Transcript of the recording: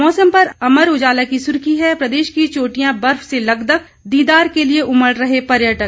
मौसम पर अमर उजाला की सुर्खी है प्रदेश की चोटियां बर्फ से लकदक दीदार के लिये उमड़ रहे पर्यटक